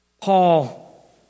Paul